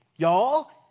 Y'all